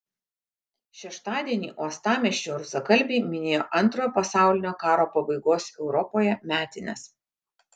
šeštadienį uostamiesčio rusakalbiai minėjo antrojo pasaulinio karo pabaigos europoje metines